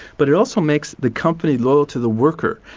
but it also makes the company lower to the worker,